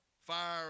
fire